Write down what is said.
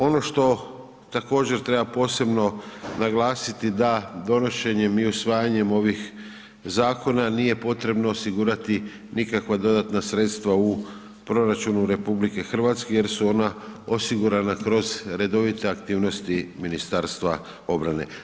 Ono što također treba posebno naglasiti da donošenjem i usvajanjem ovih zakona nije potrebno osigurati nikakva dodatna sredstva u proračunu RH, jer su ona osigurana kroz redovite aktivnosti Ministarstva obrane.